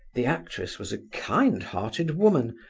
the actress was a kind-hearted woman,